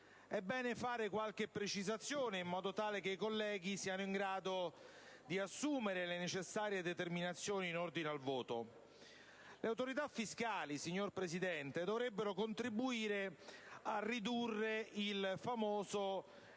È bene fare qualche precisazione in proposito, in modo che i colleghi siano in grado di assumere le necessarie determinazioni in ordine al voto. Le autorità fiscali, signor Presidente, dovrebbero contribuire a ridurre il noto